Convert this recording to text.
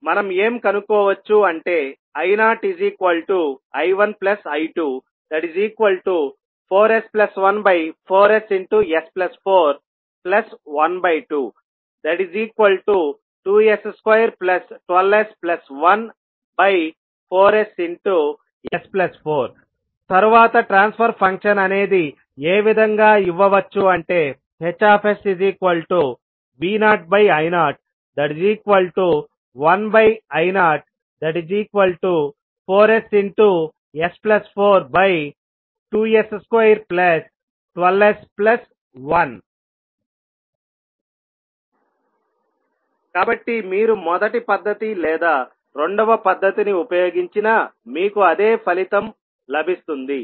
మనం ఏం కనుక్కోవచ్చు అంటే I0I1I24s14ss4122s212s14ss4 తరువాత ట్రాన్స్ఫర్ ఫంక్షన్ అనేది ఏ విధంగా ఇవ్వవచ్చు అంటే HsV0I01I04ss42s212s1 కాబట్టి మీరు మొదటి పద్ధతి లేదా రెండవ పద్ధతిని ఉపయోగించినా మీకు అదే ఫలితం లభిస్తుంది